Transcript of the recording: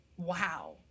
Wow